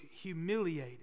humiliated